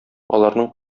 аларның